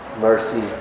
mercy